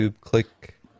click